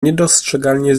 niedostrzegalnie